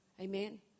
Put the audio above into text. Amen